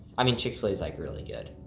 i mean chick-fil-a is like really good.